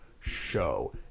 show